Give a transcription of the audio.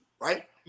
right